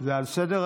זה על סדר-היום.